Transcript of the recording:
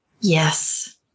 yes